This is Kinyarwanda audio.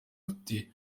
afite